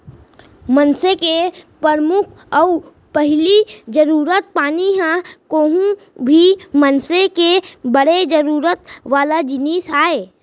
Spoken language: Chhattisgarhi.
मनसे के परमुख अउ पहिली जरूरत पानी ह कोहूं भी मनसे के बड़े जरूरत वाला जिनिस आय